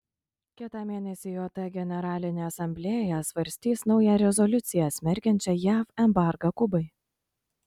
kitą mėnesį jt generalinė asamblėja svarstys naują rezoliuciją smerkiančią jav embargą kubai